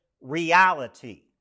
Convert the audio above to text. reality